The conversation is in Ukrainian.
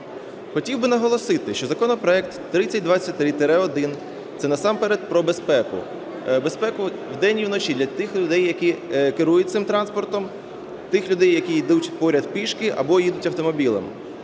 Хотів би наголосити, що законопроект 3023-1 – це насамперед про безпеку, безпеку вдень і вночі для тих людей, які керують цим транспортом, тих людей, які ідуть поряд пішки або їдуть автомобілем.